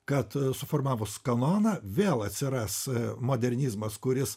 kad suformavus kanoną vėl atsiras modernizmas kuris